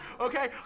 Okay